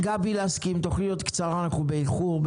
גבי לסקי, אם תוכלי להיות קצרה, אנחנו באיחור.